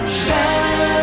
shine